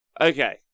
Okay